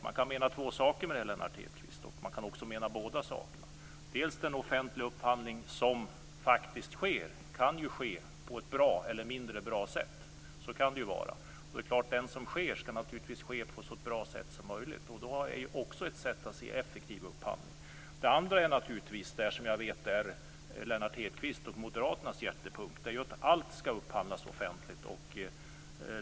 Man kan mena två olika saker, Lennart Hedquist. Den offentliga upphandling som faktiskt sker kan ju ske på ett bra eller mindre bra sätt. Det är klart att den upphandling som sker naturligtvis skall ske på ett så bra sätt som möjligt. Ett sådant sätt är effektiv upphandling. Det andra, som jag vet är moderaternas och Lennart Hedquists hjärtepunkt, är att allt skall upphandlas offentligt.